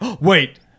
Wait